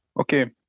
Okay